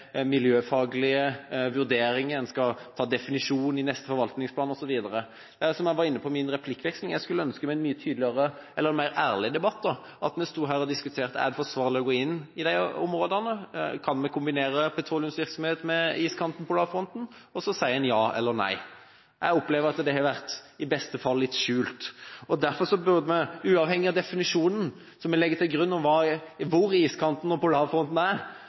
miljøfaglige vurderinger, en skal ta definisjonen i neste forvaltningsplan, osv. Som jeg var inne på i min replikkveksling: Jeg skulle ønske vi hadde en mye tydeligere eller ærligere debatt, at vi diskuterte om det er forsvarlig å gå inn i disse områdene, om vi kan kombinere petroleumsvirksomhet med iskanten og polarfronten, og at en så sier ja eller nei. Jeg opplever at det i beste fall har vært litt skjult. Uavhengig av definisjonen som vi legger til grunn om hvor iskanten og polarfronten er,